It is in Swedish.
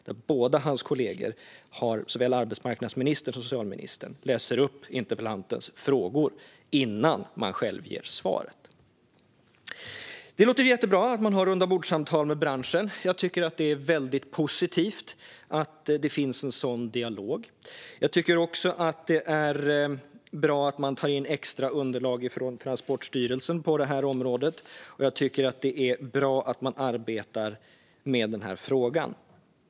Statsrådets kollegor, såväl arbetsmarknadsministern som socialministern, läste upp interpellantens frågor innan de gav svaret. Det låter jättebra att man har rundabordssamtal med branschen. Jag tycker att det är väldigt positivt att det finns en sådan dialog. Jag tycker också att det är bra att man tar in extra underlag från Transportstyrelsen på detta område, och jag tycker att det är bra att man arbetar med frågan.